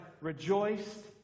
rejoiced